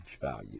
value